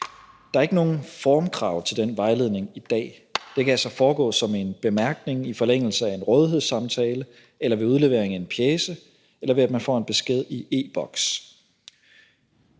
Der er ikke nogen formkrav til den vejledning i dag. Det kan altså foregå som en bemærkning i forlængelse af en rådighedssamtale eller ved udlevering af en pjece, eller ved at man får en besked i e-Boks.